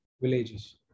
villages